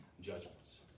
judgments